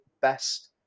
best